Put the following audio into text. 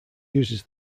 uses